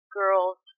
girls